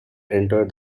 entered